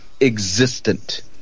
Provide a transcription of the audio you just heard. existent